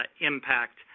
impact